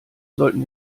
sollten